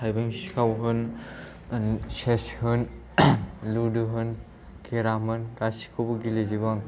थाइबें सिखाव होन चेस होन लुड' होन केर'म होन गासैखौबो गेलेजोबो आं